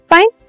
Fine